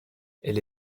elle